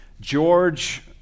George